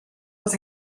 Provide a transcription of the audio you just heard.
was